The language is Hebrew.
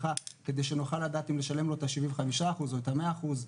כדי שנוכל לדעת אם לשלם לו את השבעים וחמישה אחוז או את המאה אחוז.